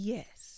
Yes